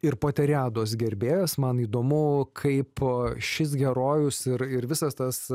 ir poteriados gerbėjas man įdomu kaip šis herojus ir ir visas tas